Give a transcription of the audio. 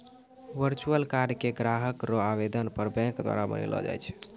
virtual card के ग्राहक रो आवेदन पर बैंक द्वारा बनैलो जाय छै